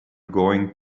going